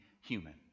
human